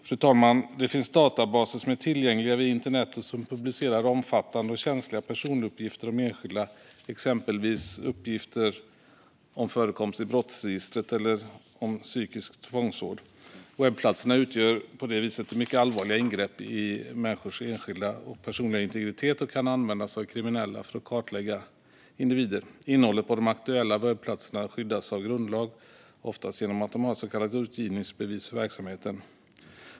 Fru talman! Det finns databaser som är tillgängliga via internet och som publicerar omfattande och känsliga personuppgifter om enskilda, exempelvis uppgifter om förekomst i brottsregister eller om psykisk tvångsvård. Webbplatserna utgör på det viset mycket allvarliga ingrepp i enskildas personliga integritet och kan användas av kriminella för att kartlägga individer. Innehållet på de aktuella webbplatserna skyddas av grundlag, oftast genom att de har ett så kallat utgivningsbevis för verksamheten.